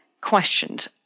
questions